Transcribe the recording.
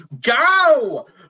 go